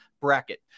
bracket